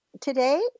today